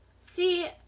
See